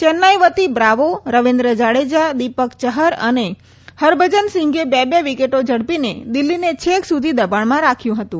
ચેન્નાઈ વતી બ્રાવો રવિન્દ્ર જાડેજા દિપક ચહર અને હરભજનસિંઘે બે બે વિકેટો ઝડપીને દિલ્હીને છેક સુધી દબાણમાં રાખ્યું હતું